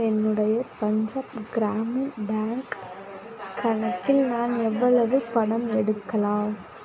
என்னுடைய பஞ்சாப் கிராமின் பேங்க் கணக்கில் நான் எவ்வளவு பணம் எடுக்கலாம்